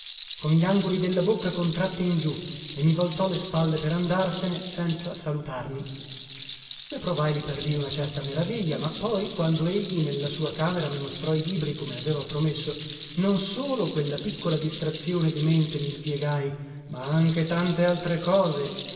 con gli angoli della bocca contratti in giù e mi voltò le spalle per andarsene senza salutarmi ne provai lì per lì una certa meraviglia ma poi quando egli nella sua camera mi mostrò i libri come aveva promesso non solo quella piccola distrazione di mente mi spiegai ma anche tantaltre cose